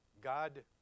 God